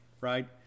right